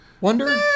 Wonder